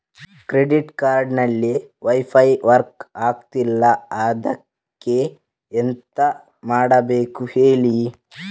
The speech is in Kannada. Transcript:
ಕ್ರೆಡಿಟ್ ಕಾರ್ಡ್ ಅಲ್ಲಿ ವೈಫೈ ವರ್ಕ್ ಆಗ್ತಿಲ್ಲ ಅದ್ಕೆ ಎಂತ ಮಾಡಬೇಕು ಹೇಳಿ